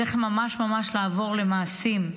צריך ממש ממש לעבור למעשים.